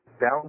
down